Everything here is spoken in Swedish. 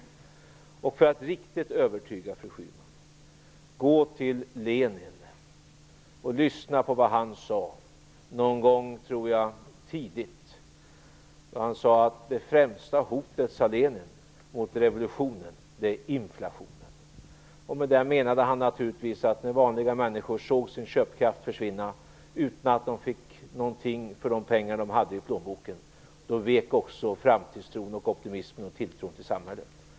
Och för att riktigt övertyga fru Schyman; gå till Lenin, och lyssna till vad han sade en gång tidigt! Det främsta hotet mot revolutionen, sade Lenin, är inflationen. Med det menade han naturligtvis att när vanliga människor såg sin köpkraft försvinna utan att de fick någonting för de pengar de hade i plånboken, så vek också framtidstron, optimismen och tilltron till samhället.